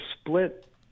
split